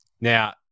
Now